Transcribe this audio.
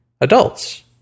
Adults